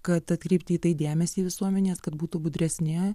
kad atkreipti į tai dėmesį visuomenės kad būtų budresni